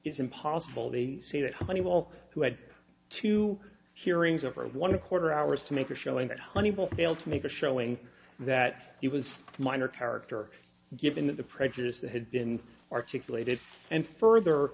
is impossible they say that honeywell who had two hearings over one a quarter hours to make a showing that honeywell failed to make a showing that he was a minor character given that the prejudice that had been articulated and further